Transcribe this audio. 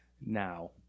now